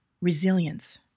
resilience